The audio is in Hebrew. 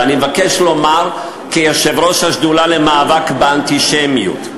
אני מבקש לומר כיושב-ראש השדולה למאבק באנטישמיות,